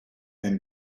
and